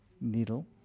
needle